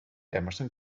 emerson